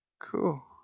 Cool